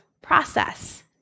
process